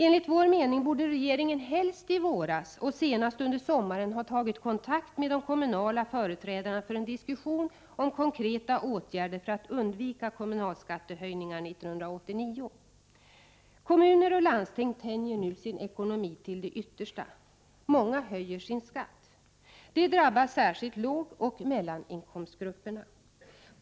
Enligt vår mening borde regeringen, helst i våras och senast under sommaren, ha tagit kontakt med de kommunala företrädarna för en diskussion om konkreta åtgärder för att undvika kommunalskattehöjningar 1989. Kommuner och landsting tänjer nu sin ekonomi till det yttersta. Många höjer sin skatt. Det drabbar särskilt lågoch mellaninkomstgrupperna.